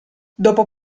dopo